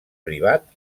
privat